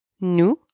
Nous